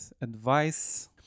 advice